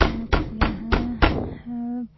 কুকুৰা হাঁহ